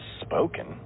spoken